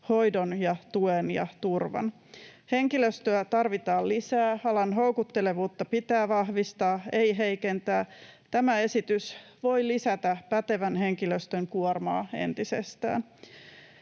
hoidon, tuen ja turvan. Henkilöstöä tarvitaan lisää, ja alan houkuttelevuutta pitää vahvistaa, ei heikentää. Tämä esitys voi lisätä pätevän henkilöstön kuormaa entisestään.